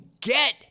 get